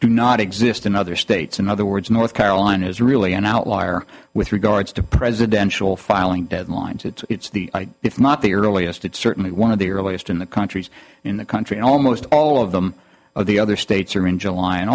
do not exist in other states in other words north carolina is really an outlier with regards to presidential filing deadlines it's the if not the earliest it's certainly one of the earliest in the countries in the country almost all of them of the other states are in july and